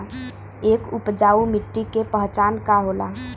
एक उपजाऊ मिट्टी के पहचान का होला?